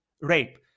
rape